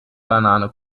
banane